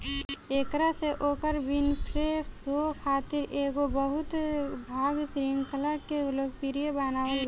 एकरा से Oprah Winfrey show खातिर एगो बहु भाग श्रृंखला के लोकप्रिय बनावल गईल रहे